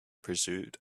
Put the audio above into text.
pursuit